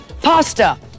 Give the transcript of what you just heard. Pasta